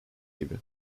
gibi